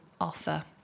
offer